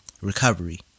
recovery